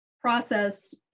process